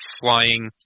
flying